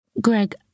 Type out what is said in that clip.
Greg